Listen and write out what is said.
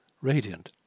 radiant